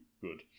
good